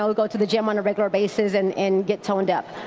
go go to the gym on a regular basis and and get toned up.